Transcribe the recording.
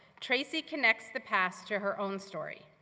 tracy connects the past to her own story.